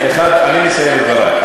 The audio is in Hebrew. אני אסיים את דברי.